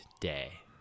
day